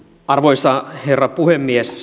arvoisa herra puhemies